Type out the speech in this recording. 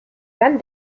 dann